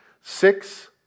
Six